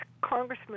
congressman